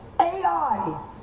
AI